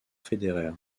federer